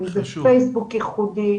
פייסבוק ייחודי.